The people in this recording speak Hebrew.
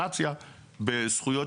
לא חייבת להיות בת הזוג.